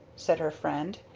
said her friend.